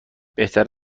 بهتر